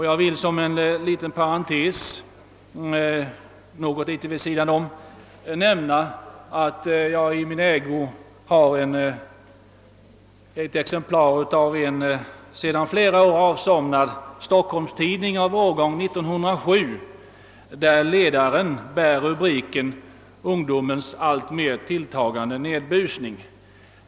Jag vill som en liten parentes vid sidan om nämna att jag i min ägo har ett exemplar av en sedan flera år avsomnad stockholmstidning av årgång 1907. I denna finns en ledare med rubriken »Ungdomens alltmer tilltagande nerbusning».